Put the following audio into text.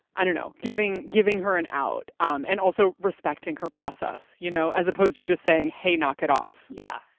i don't know, giving giving her an out. um and also respecting her process, you know, as opposed to just saying, hey, knock it off. yeah.